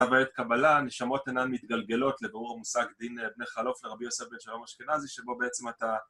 ואת קבלה נשמות אינן מתגלגלות לברור המושג דין בני חלוף לרבי יוסף בן שלום אשכנזי שבו בעצם אתה